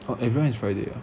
oh everyone is friday ah